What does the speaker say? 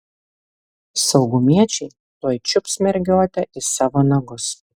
saugumiečiai tuoj čiups mergiotę į savo nagus